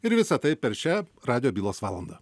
ir visa tai per šią radijo bylos valandą